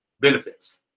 benefits